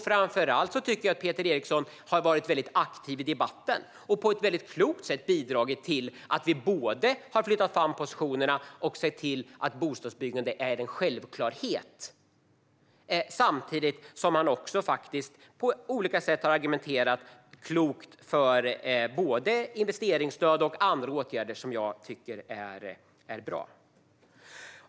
Framför allt tycker jag att Peter Eriksson har varit aktiv i debatten och på ett klokt sätt bidragit till att vi har flyttat fram positionerna och sett till att bostadsbyggande är en självklarhet, samtidigt som han har argumenterat klokt för både investeringsstöd och andra åtgärder som jag tycker är bra.